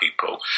people